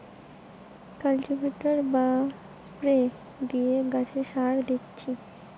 cultivator বা spray দিয়ে গাছে সার দিচ্ছি